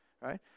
right